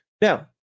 now